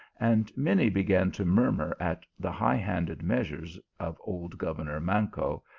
and many began to murmur at the high-handed measures of old governor manco,